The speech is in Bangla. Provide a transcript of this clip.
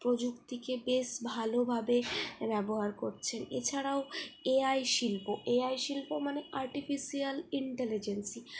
প্রযুক্তিকে বেশ ভালোভাবে ব্যবহার করছে এছাড়াও এ আই শিল্প এ আই শিল্প মানে আর্টিফিসিয়াল ইন্টেলিজেন্সি